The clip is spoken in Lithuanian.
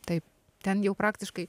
taip ten jau praktiškai